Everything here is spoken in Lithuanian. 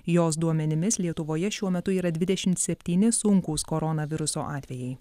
jos duomenimis lietuvoje šiuo metu yra dvidešimt septyni sunkūs koronaviruso atvejai